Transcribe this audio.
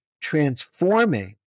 transforming